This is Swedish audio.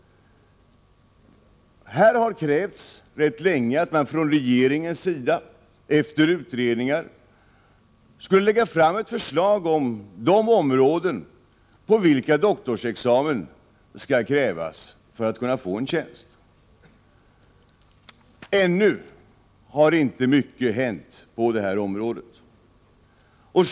Här har rätt länge krävts att regeringen efter utredningar skulle lägga fram ett förslag om de områden på vilka doktorsexamen skall krävas för att man skall kunna få en tjänst. Ännu har inte mycket hänt på detta område.